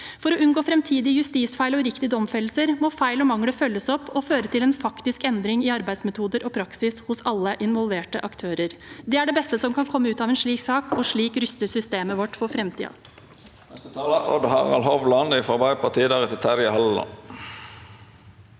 For å unngå framtidige justisfeil og uriktige domfellelser må feil og mangler følges opp og føre til en faktisk endring i arbeidsmetoder og praksis hos alle involverte aktører. Det er det beste som kan komme ut av en slik sak, og slik ruste systemet vårt for framtiden.